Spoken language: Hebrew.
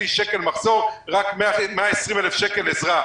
שקלים מחזור רק 120,000 שקלים עזרה.